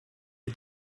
ydy